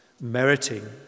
meriting